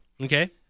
Okay